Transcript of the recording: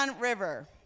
River